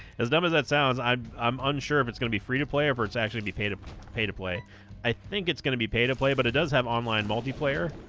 as dumb as that sounds i'm i'm unsure if it's gonna be free-to-play or it's actually be pay to pay to play i think it's gonna be pay to play but it does have online multiplayer